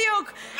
בדיוק.